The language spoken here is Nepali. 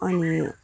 अनि